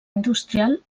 industrial